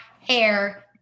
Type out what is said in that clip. hair